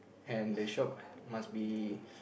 and the shop must be